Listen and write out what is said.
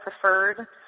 Preferred